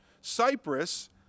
Cyprus